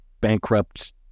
bankrupt